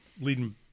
leading